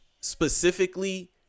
specifically